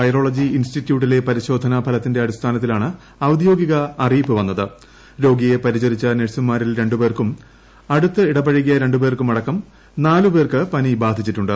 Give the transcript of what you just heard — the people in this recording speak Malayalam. വൈറോളജി ഇൻസ്റ്റിറ്റ്യൂട്ടിലെ പരിശോധന ഫലത്തിന്റെ അടിസ്ഥാനത്തിലാണ് രോഗിയെ പരിചരിച്ച നഴ്സുമാരിൽ രണ്ടു പേർക്കും അടുത്തിടപഴകിയ രണ്ടു പേർക്കും അടക്കം നാല് പേർക്ക് പനി ബാധിച്ചിട്ടുണ്ട്